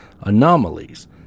anomalies